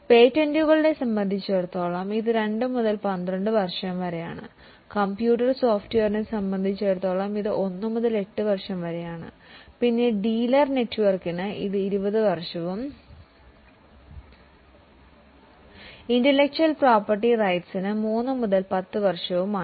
അതിനാൽ പേറ്റന്റുകളെ സംബന്ധിച്ചിടത്തോളം ഇത് 2 മുതൽ 12 വർഷം വരെയാണ് കമ്പ്യൂട്ടർ സോഫ്റ്റ്വെയറിനെ സംബന്ധിച്ചിടത്തോളം ഇത് 1 മുതൽ 8 വർഷം വരെയാണ് പിന്നെ ഡീലർ നെറ്റ്വർക്കിന് ഇത് 20 വർഷവും ഇൻറ്റെലെക്ച്വൽ പ്രോപ്പർട്ടി 3 മുതൽ 10 വർഷവുമാണ്